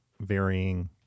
varying